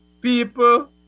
people